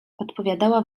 odpowiadała